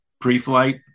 pre-flight